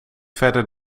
verder